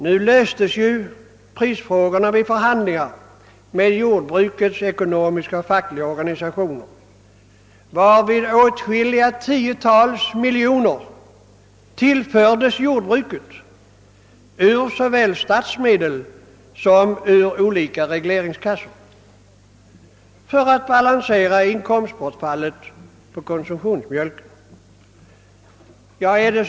Nu löstes prisfrågorna vid förhandlingar med jordbrukets ekonomiska och fackliga organisationer, varvid åtskilliga tiotals miljoner tillfördes jordbruket av såväl statsmedel som ur olika regleringskassor för att balansera inkomstbortfallet på konsumtionsmjölken.